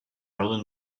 held